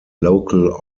local